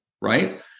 Right